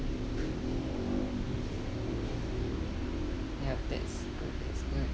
yup that's good that's good